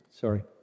Sorry